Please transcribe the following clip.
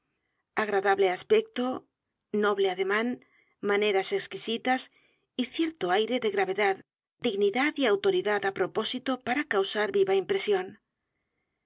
agradable aspecto noble ademán maneras exquisitas y cierto aire de gravedad dignidad y autoridad á p r o pósito para causar viva impresión